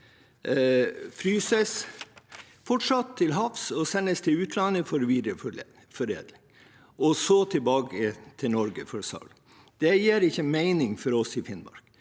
fryses fortsatt til havs og sendes til utlandet for å videreforedles og så tilbake til Norge for salg. Det gir ikke mening for oss i Finnmark,